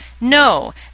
No